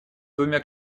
двумя